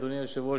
אדוני היושב-ראש,